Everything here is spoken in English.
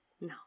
No